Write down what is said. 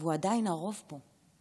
והוא עדיין הרוב פה.